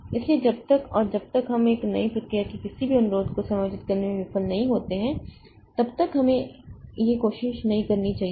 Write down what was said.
इसलिए जब तक और जब तक हम नई प्रक्रिया के किसी भी अनुरोध को समायोजित करने में विफल नहीं होते हैं तब तक हमें यह कोशिश नहीं करनी चाहिए